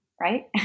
right